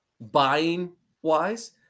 buying-wise